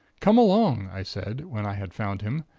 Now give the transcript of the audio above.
come along i said, when i had found him.